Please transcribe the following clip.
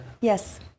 yes